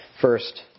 First